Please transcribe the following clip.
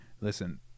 Listen